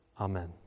amen